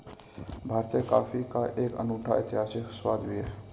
भारतीय कॉफी का एक अनूठा ऐतिहासिक स्वाद भी है